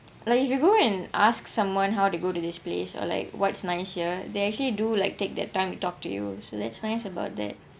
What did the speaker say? like if you go and ask someone how to go to this place or like what's nice here they actually do like take their time talk to you so that's nice about that